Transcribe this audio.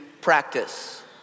practice